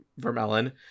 Vermelon